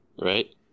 right